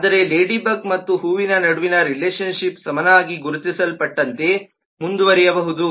ಆದರೆ ಲೇಡಿಬಗ್ ಮತ್ತು ಹೂವಿನ ನಡುವಿನ ರಿಲೇಶನ್ ಶಿಪ್ ಸಮಾನವಾಗಿ ಗುರುತಿಸಲ್ಪಟ್ಟಂತೆ ಮುಂದುವರಿಯಬಹುದು